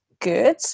good